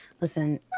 Listen